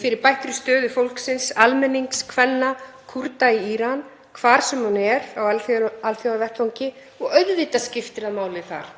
fyrir bættri stöðu fólksins, almennings, kvenna, Kúrda, í Íran hvar sem hún er á alþjóðavettvangi. Auðvitað skiptir máli þar